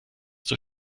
zur